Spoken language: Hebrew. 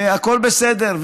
והכול בסדר,